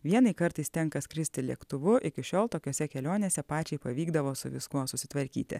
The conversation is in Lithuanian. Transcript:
vienai kartais tenka skristi lėktuvu iki šiol tokiose kelionėse pačiai pavykdavo su viskuo susitvarkyti